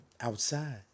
outside